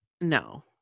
no